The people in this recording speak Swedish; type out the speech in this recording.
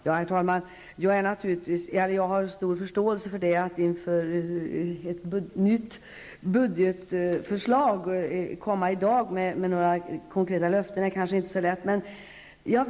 Herr talman! Jag har naturligtvis stor förståelse för att det inte är så lätt att i dag komma med konkreta löften inför ett nytt budgetförslag.